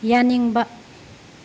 ꯌꯥꯅꯤꯡꯕ